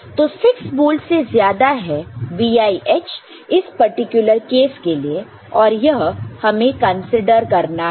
तो 6 वोल्ट से ज्यादा है VIH इस पर्टिकुलर केस के लिए और यह हमें कंसीडर करना है